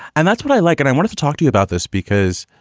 and that's what i like. and i wanted to talk to you about this because,